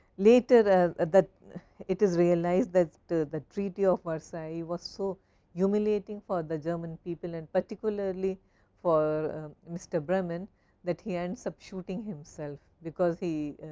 later that it is realized that the the treaty of versayee was so humiliating humiliating for the german people. and particularly for mr. bremann that he ends up suiting himself because he